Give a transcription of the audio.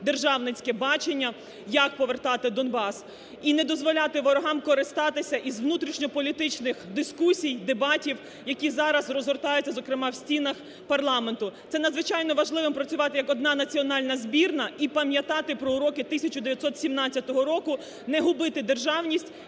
державницьке бачення як повертати Донбас і не дозволяти ворогам користуватися із внутрішньополітичних дискусій, дебатів, які зараз розгортаються, зокрема, в станах парламенту. Це надзвичайно важливо працювати як одна національна збірна і пам'ятати про уроки 1917 року, не губити державність